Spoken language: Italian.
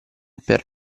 per